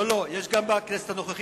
לא, לא, יש גם בכנסת הנוכחית.